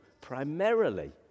primarily